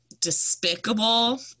despicable